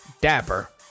dapper